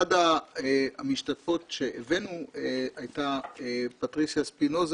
אחת המשתתפות שהבאנו הייתה פטריסיה שפינוזה